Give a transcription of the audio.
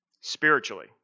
spiritually